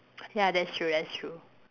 ya that's true that's true